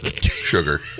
sugar